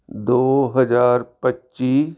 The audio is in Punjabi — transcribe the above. ਦੋ ਹਜ਼ਾਰ ਪੱਚੀ